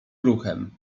ruchem